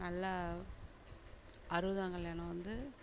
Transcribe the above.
நல்லா அறுபதாங் கல்யாணம் வந்து